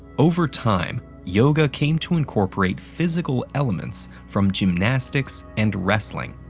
over time, yoga came to incorporate physical elements from gymnastics and wrestling.